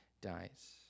dies